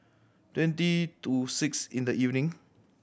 twenty to six in the evening